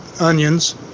onions